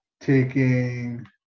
taking